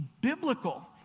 biblical